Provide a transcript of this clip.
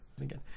again